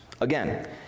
Again